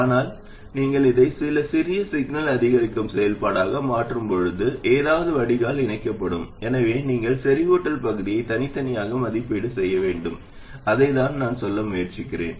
ஆனால் நீங்கள் இதை சில சிறிய சிக்னல் அதிகரிக்கும் செயல்பாடாக மாற்றும்போது ஏதாவது வடிகால் இணைக்கப்படும் எனவே நீங்கள் செறிவூட்டல் பகுதியை தனித்தனியாக மதிப்பீடு செய்ய வேண்டும் அதைத்தான் நான் சொல்ல முயற்சிக்கிறேன்